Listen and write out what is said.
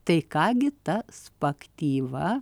tai ką gi ta spaktyva